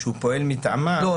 הוא פועל מטעמם אבל -- לא,